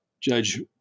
judge